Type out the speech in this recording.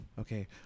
Okay